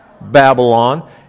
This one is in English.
Babylon